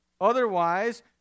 Otherwise